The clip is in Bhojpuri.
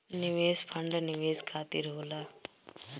निवेश फंड निवेश खातिर होला